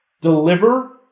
deliver